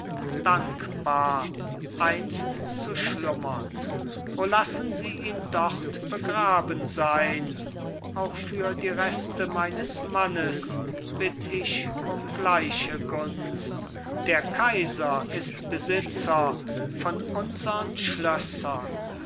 dankbar einst zu schlummern o lassen sie ihn dort begraben sein auch für die reste meines mannes bitt ich um gleiche gunst der kaiser ist besitzer von unsern schlössern